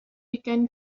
ugain